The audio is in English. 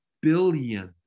billion